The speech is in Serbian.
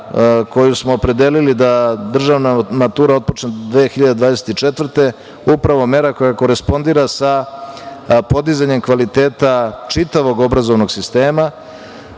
koju smo opredelili da državna matura otpočne 2024. godine upravo je mera koja korespondira sa podizanjem kvaliteta čitavog obrazovnog sistema